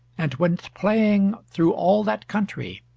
and went playing through all that country,